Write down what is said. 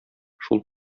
шул